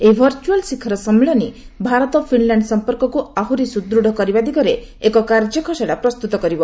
ଏହି ଭର୍ଚ୍ଚଆଲ୍ ଶିଖର ସମ୍ମିଳନୀ ଭାରତ ଫିନଲାଣ୍ଡ ସମ୍ପର୍କକୁ ଆହୁରି ସୁଦୂଢ କରିବା ଦିଗରେ ଏକ କାର୍ଯ୍ୟଖସଡା ପ୍ରସ୍ତୁତ କରିବ